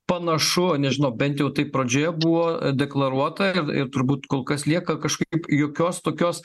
panašu nežinau bent jau taip pradžioje buvo deklaruota ir ir turbūt kol kas lieka kažkaip jokios tokios